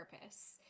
purpose